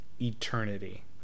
eternity